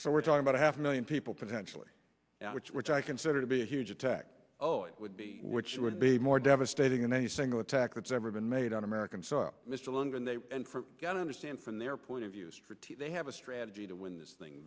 what we're talking about a half a million people potentially which which i consider to be a huge attack would be which would be more devastating than any single attack that's ever been made on american soil mr logan they got to understand from their point of view they have a strategy to win this thing